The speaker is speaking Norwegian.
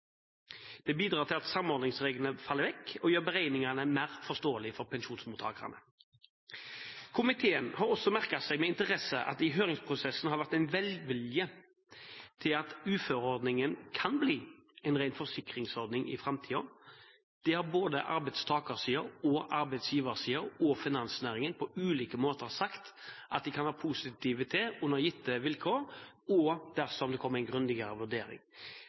Det bidrar til at samordningsreglene faller vekk og gjør beregningene mer forståelige for pensjonsmottakerne. Komiteen har også merket seg med interesse at det i høringsprosessen har vært en velvilje til at uføreordningen kan bli en ren forsikringsordning i framtiden. Det har både arbeidstakersiden, arbeidsgiversiden og finansnæringen på ulike måter sagt at de kan være positive til under gitte vilkår og dersom det kommer en grundigere vurdering.